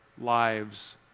lives